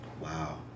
Wow